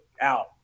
out